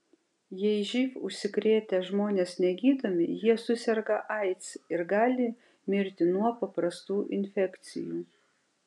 jei živ užsikrėtę žmonės negydomi jie suserga aids ir gali mirti nuo paprastų infekcijų